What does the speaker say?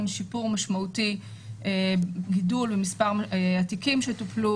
שיפור משמעותי בגידול במספר התיקים שטופלו,